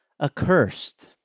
accursed